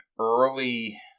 early